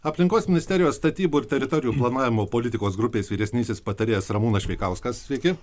aplinkos ministerijos statybų ir teritorijų planavimo politikos grupės vyresnysis patarėjas ramūnas šveikauskas sveiki